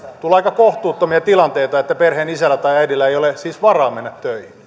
tulla aika kohtuuttomia tilanteita että perheenisällä tai äidillä ei ole siis varaa mennä